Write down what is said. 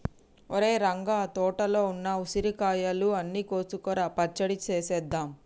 ఒరేయ్ రంగ తోటలో ఉన్న ఉసిరికాయలు అన్ని కోసుకురా పచ్చడి సేసేద్దాం